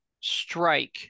strike